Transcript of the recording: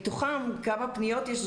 מתוכם כמה פניות יש?